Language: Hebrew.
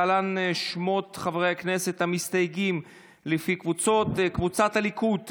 להלן שמות חברי הכנסת המסתייגים לפי קבוצות: קבוצת סיעת הליכוד,